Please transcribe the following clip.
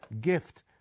GIFT